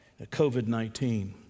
COVID-19